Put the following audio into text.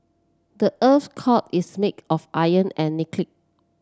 the earth core is made of iron and nickel